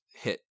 hit